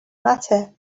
matter